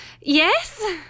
yes